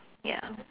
ya